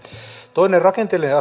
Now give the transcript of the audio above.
toinen rakenteellinen